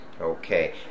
Okay